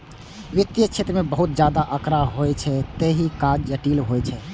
वित्तीय क्षेत्र मे बहुत ज्यादा आंकड़ा होइ छै, तें ई काज जटिल होइ छै